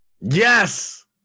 Yes